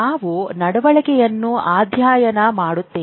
ನಾವು ನಡವಳಿಕೆಯನ್ನು ಅಧ್ಯಯನ ಮಾಡುತ್ತೇವೆ